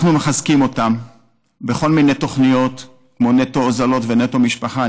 אנחנו מחזקים אותם בכל מיני תוכניות כמו נטו הוזלות ונטו משפחה.